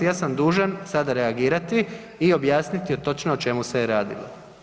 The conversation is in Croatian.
Ja sam dužan sada reagirati i objasniti o točno o čemu se je radilo.